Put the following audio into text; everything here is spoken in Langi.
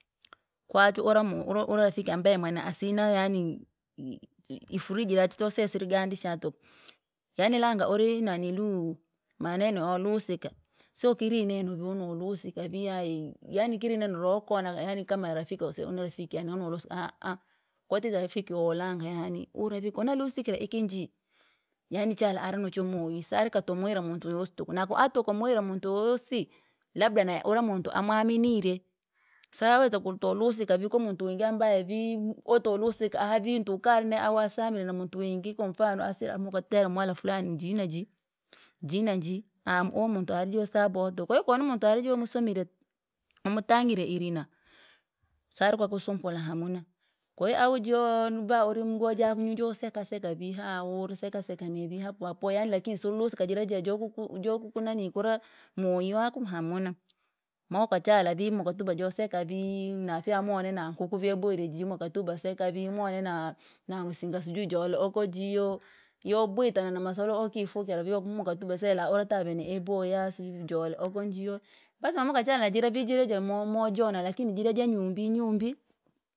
Kwachu ura- mu ura- ura- rafiki ambaye mwene asina yaani i- i- ifuriji rachu toseya sirigandisha tuku. Yaani langa ure naniluu maneno yolusika, siyo kira ineno vii nolusika vii ayi. Yaani kira ineno rokona yani kama rafiki wakoseya uhu nirafiki yaani wenulusaka aaha aa, kwatite rafiki walonga yaani ura vii kona lusikire iki njii, yani chala ari nocho moywi sarikati tumwera muntu yoyosi tuku na koati kumuwira muntu yoyosi. Labda naye ura muntu amwaminire, siariweza kotolusika vii kwa muntu wingi ambaye vii mu- wotolusika aha viintu ukarine awe asamire na muntu wingi kwamfano asire amu nkatera mwala fulani njii na njii, jii na jii. Aaha umuntu ari joo siaboha tuku. Kwahiyo koo numuntu alijo musumile umutangire ili- na, saruke kusumpura hamuna. Kwahiyo ahu jiyo! Nubaa uri mbwa jani vii joseka seka vii hahulu seka seka nivi hapohapo yaani lakini suirelusika jira jira jokuku jokuku nanii kura! Moywi hamuna. mo- ukachala vii mokatuba joseka vii nafyamone na nkuku vyabohire jii mukatuba seka vii- muone na- namusinga sijui jole ukujio. Yooubwita nana namasolo ukifugira vii umwa ukatuba sera uratavene iboya sijui njole okonjio. Basi momokachanga jira vi jire jamo moa- jona lakini jira nyumbi nyumbi.